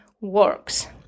works